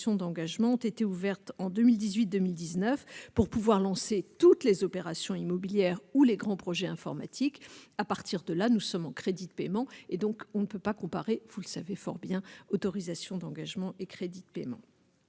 d'engagement ont été ouvertes en 2018, 2019 pour pouvoir lancer toutes les opérations immobilières ou les grands projets informatiques à partir de là, nous sommes en crédits de paiement et donc on ne peut pas comparer, vous le savez fort bien autorisations d'engagement et crédits de paiement,